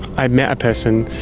i met a person,